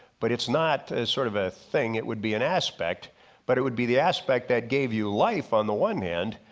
but it's not as sort of a thing, it would be an aspect but it would be the aspect that gave you life on the one hand,